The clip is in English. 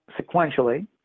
sequentially